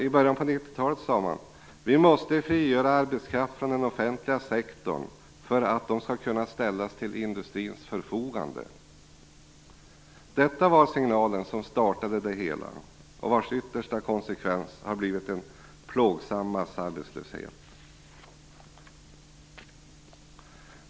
I början av 90-talet sade man: "Vi måste frigöra arbetskraft från offentliga sektorn för att de skall kunna ställas till industrins förfogande." Detta var signalen som startade det hela och vars yttersta konsekvens har blivit en plågsam massarbetslöshet.